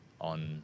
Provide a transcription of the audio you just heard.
on